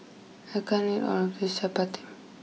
I can't eat all of this Chappati